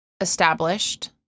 established